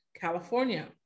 California